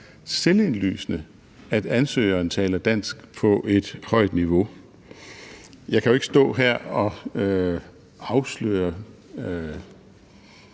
selvindlysende, at ansøgeren taler dansk på et højt niveau. Jeg kan jo ikke stå her og afsløre